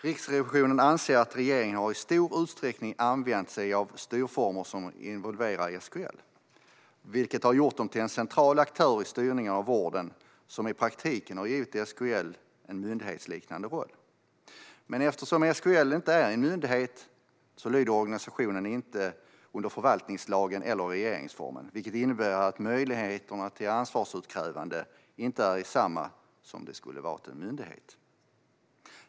Riksrevisionen anser att regeringen i stor utsträckning har använt sig av styrformer som involverar SKL, vilket har gjort SKL till en central aktör i styrningen av vården och i praktiken har gett dem en myndighetsliknande roll. Men eftersom SKL inte är en myndighet lyder organisationen inte under förvaltningslagen eller regeringsformen, vilket innebär att möjligheterna till ansvarsutkrävande inte är desamma som om SKL skulle ha varit en myndighet.